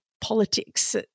politics